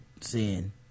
sin